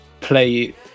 play